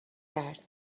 کرد